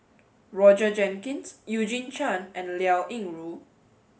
Roger Jenkins Eugene Chen and Liao Yingru